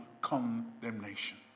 condemnation